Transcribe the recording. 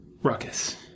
Ruckus